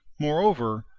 moreover,